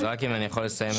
אם אני יכול לסיים את דבריי.